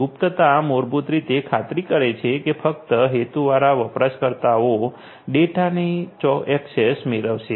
ગુપ્તતા મૂળભૂત રીતે ખાતરી કરે છે કે ફક્ત હેતુવાળા વપરાશકર્તાઓ ડેટાની ઍક્સેસ મેળવશે